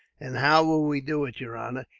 and how will we do it, yer honor?